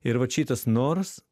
ir vat šitas noras